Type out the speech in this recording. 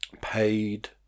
paid